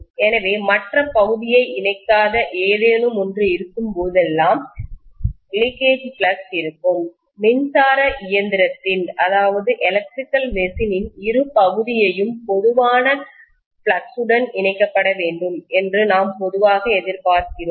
எனவே மற்ற பகுதியை இணைக்காத ஏதேனும் ஒன்று இருக்கும்போதெல்லாம் லீக்கேஜ் ஃப்ளக்ஸ் கசிவு பாய்வு இருக்கும் மின்சார இயந்திரத்தின்எலக்ட்ரிக்கல்மெஷினின் இரு பகுதியையும் பொதுவான ஃப்ளக்ஸ்பாய்வுடன் இணைக்கப்பட வேண்டும் என்று நாம் பொதுவாக எதிர்பார்க்கிறோம்